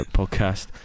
podcast